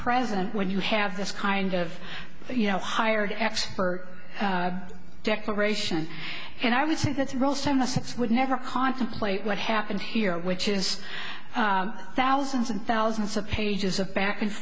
present when you have this kind of you know hired expert declaration and i would think that's real time the sense would never contemplate what happened here which is thousands and thousands of pages of back and